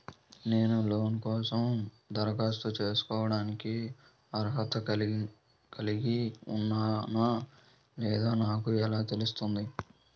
నేను లోన్ కోసం దరఖాస్తు చేసుకోవడానికి అర్హత కలిగి ఉన్నానో లేదో నాకు ఎలా తెలుస్తుంది?